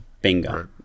Bingo